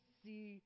see